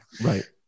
right